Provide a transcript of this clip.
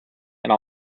and